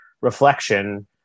reflection